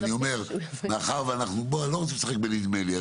אני לא רוצה לשחק בנדמה לי.